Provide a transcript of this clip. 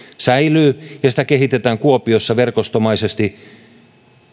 säilyy ja sitä kehitetään kuopiossa verkostomaisesti